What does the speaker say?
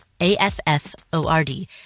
A-F-F-O-R-D